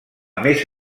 més